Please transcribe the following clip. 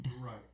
Right